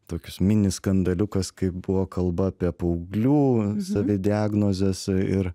toks mini skandaliukas kaip buvo kalba apie paauglių savidiagnozes ir